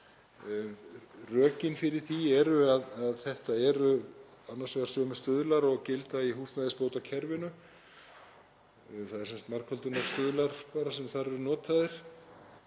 Rökin fyrir því eru að þetta eru annars vegar sömu stuðlar og gilda í húsnæðisbótakerfinu, það eru sem sagt margföldunarstuðlar sem þar eru notaðir.